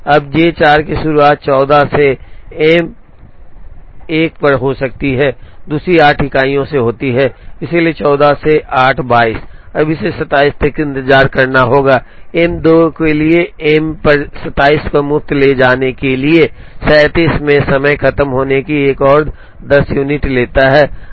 अब J 4 की शुरुआत 14 से M 1 पर हो सकती है दूसरी 8 इकाइयों से होती है इसलिए 14 से 8 22 अब इसे 27 तक इंतजार करना होगा M 2 के लिए M पर 27 पर मुफ्त में ले जाने के लिए 37 में समय खत्म होने की एक और 10 यूनिट लेता है